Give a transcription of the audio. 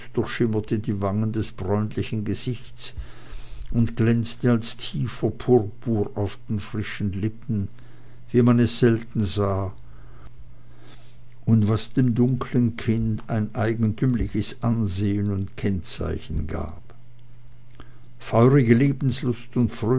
durchschimmerte die wangen des bräunlichen gesichtes und glänzte als tiefer purpur auf den frischen lippen wie man es selten sah und was dem dunklen kinde ein eigentümliches ansehen und kennzeichen gab feurige lebenslust und